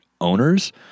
owners